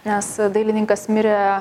nes dailininkas mirė